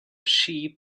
sheep